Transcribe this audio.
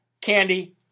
candy